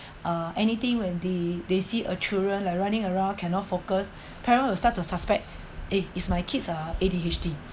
uh anything when they they see a children like running around cannot focus parent will start to suspect eh is my kids are A_D_H_D